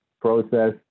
process